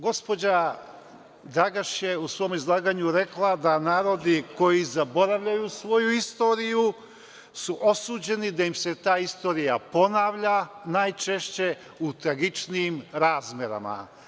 Gospođa Dragaš je u svom izlaganju rekla da narodni koji zaboravljaju svoju istoriju su osuđeni da im se ta istorija ponavlja, najčešće u tragičnijim razmerama.